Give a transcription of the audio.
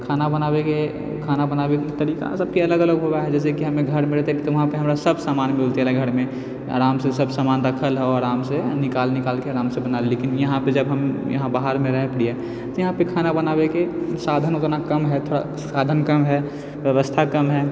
खाना बनाबैके खाना बनाबैके तरीका सबके अलग अलग होबऽ है जैसे कि हमे घरमे रहितियै तऽ वहाँपर हमरा सब सामान मिलतियै घरमे आरामसँ सब सामान रखल हऽ आरामसँ निकालि निकालिके आरामसँ बना लेली लेकिन यहाँपर जब हम यहाँ बाहरमे रहै पड़ियै तऽ यहाँपर खाना बनाबेके साधन ओतना कम है थोड़ा साधन कम है व्यवस्था कम है